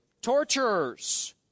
Torturers